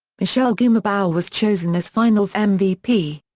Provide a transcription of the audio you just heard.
michelle gumabao was chosen as finals mvp.